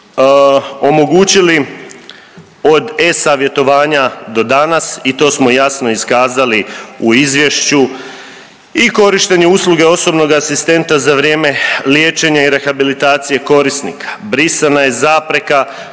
omogućili od eSavjetovanja do danas i to smo jasno iskazali u izvješću i korištenju usluge osobnog asistenta za vrijeme liječenja i rehabilitacije korisnika, brisana je zapreka